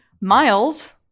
Miles